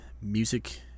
music